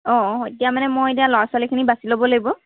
অঁ অঁ এতিয়া মানে মই এতিয়া ল'ৰা ছোৱালীখিনি বাছি ল'ব লাগিব